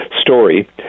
story